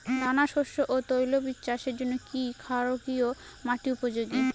দানাশস্য ও তৈলবীজ চাষের জন্য কি ক্ষারকীয় মাটি উপযোগী?